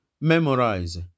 Memorize